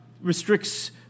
restricts